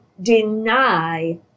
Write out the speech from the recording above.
deny